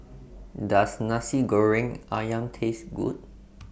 Does Nasi Goreng Ayam Taste Good